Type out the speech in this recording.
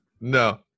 No